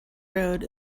road